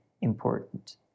important